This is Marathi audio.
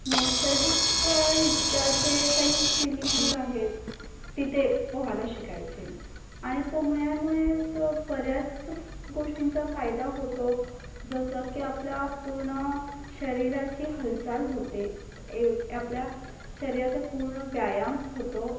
नैसर्गिकरित्या जे काही स्विमिंग पूल आहेत तिथे पोहायला शिकायचे आणि पोहण्यामुळे तो बऱ्याच गोष्टींचा फायदा होतो जसं की आपल्या पूर्ण शरीराची हालचाल होते एव आपल्या शरीराचा पूर्ण व्यायाम होतो